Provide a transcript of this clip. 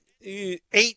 eight